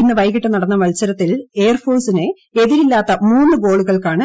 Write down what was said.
ഇന്ന് വൈകിട്ട് നടന്ന മത്സരത്തിൽ എയർഫോഴ്സിനെ എതിരില്ലാത്ത മൂന്ന് ഗോളുകൾക്കാണ്